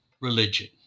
religion